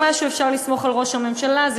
אם אפשר לסמוך על ראש הממשלה במשהו,